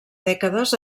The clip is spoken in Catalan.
dècades